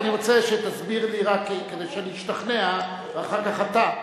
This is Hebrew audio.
אני רוצה שתסביר לי כדי שאני אשתכנע, ואחר כך אתה.